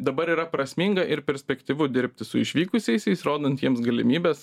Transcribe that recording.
dabar yra prasminga ir perspektyvu dirbti su išvykusiaisiais rodant jiems galimybes